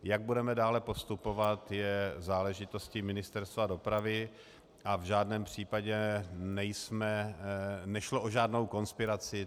Jak budeme dále postupovat, je záležitostí Ministerstva dopravy a v žádném případě nešlo o žádnou konspiraci.